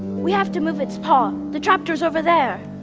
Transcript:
we have to move its paw. the trap doors over there.